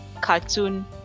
cartoon